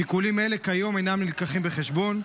כיום שיקולים אלה אינם מובאים בחשבון.